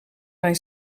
hij